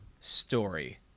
story